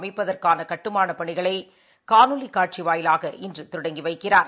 அமைப்பதற்கானகட்டுமானப் பணிகளைகாணொலிகாட்சிவாயிலாக இன்றுதொடங்கிவைக்கிறார்